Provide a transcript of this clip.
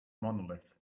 monolith